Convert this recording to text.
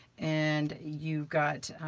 and you've got